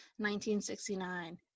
1969